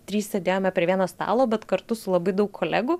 trys sėdėjome prie vieno stalo bet kartu su labai daug kolegų